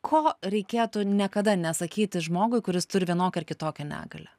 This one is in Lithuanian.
ko reikėtų niekada nesakyti žmogui kuris turi vienokią ar kitokią negalią